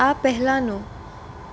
આ પહેલાંનું